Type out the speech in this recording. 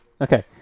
Okay